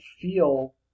feel